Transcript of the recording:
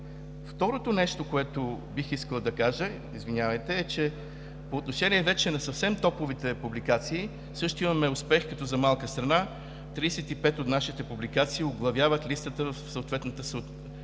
Другото нещо, което бих искал да кажа, извинявайте, е, че по отношение вече на съвсем топ публикациите също имаме успех като за малка страна – 35 от нашите публикации оглавяват листата в съответната научна